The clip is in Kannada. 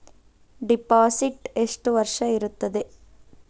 ಡಿಪಾಸಿಟ್ ಎಷ್ಟು ವರ್ಷ ಇರುತ್ತದೆ?